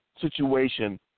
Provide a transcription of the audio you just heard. situation